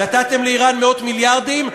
נתתם לאיראן מאות מיליארדים,